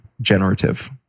generative